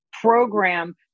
program